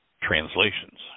translations